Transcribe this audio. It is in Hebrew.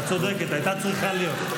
את צודקת, הייתה צריכה להיות.